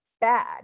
bad